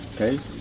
Okay